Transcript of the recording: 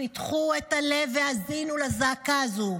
פיתחו את הלב והאזינו לזעקה הזו,